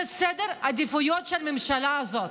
זה סדר העדיפויות של הממשלה הזאת.